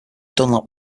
dunlap